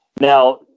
Now